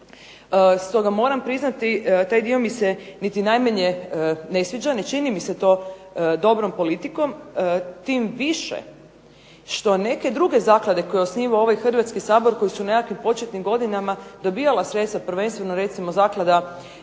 Stoga moram priznati taj dio mi se niti najmanje ne sviđa. Ne čini mi se to dobrom politikom tim više što neke druge zaklade koje je osnivao ovaj Hrvatski sabor koje su u nekakvim početnim godinama dobijala sredstva prvenstveno recimo Zaklada za